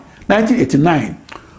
1989